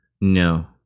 No